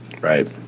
Right